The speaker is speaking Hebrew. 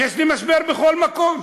יש לי משבר בכל מקום.